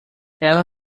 ela